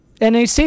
NAC